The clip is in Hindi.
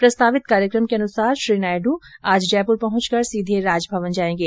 प्रस्तावित कार्यक्रम के अनुसार श्री नायडू आज जयपुर पहुंचकर सीधे राजभवन जाएंगे